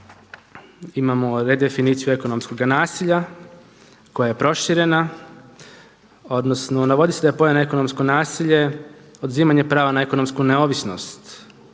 imamo redefiniciju ekonomskog nasilja koja je proširena odnosno navodi se da je pojam ekonomskog nasilja oduzimanje prava na ekonomsku neovisnost